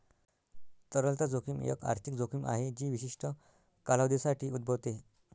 तरलता जोखीम एक आर्थिक जोखीम आहे जी विशिष्ट कालावधीसाठी उद्भवते